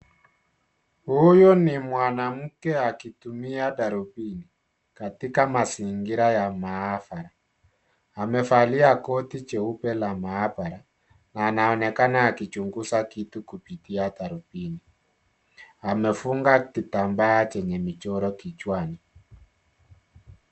Huyu ni mwanamke akitumia darubini katika mazingira ya maabara. Amevalia koti jeupe la maabara na anaonekana akichunguza kitu kupitia darubini. Amefunga kitambaa chenye michoro kichwani.